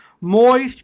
moist